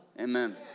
Amen